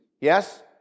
Yes